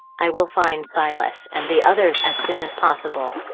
i will find silas and the others as soon as possible.